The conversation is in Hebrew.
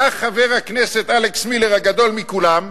בא חבר הכנסת אלכס מילר, הגדול מכולם,